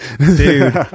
Dude